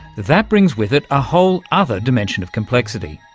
that brings with it a whole other dimension of complexity.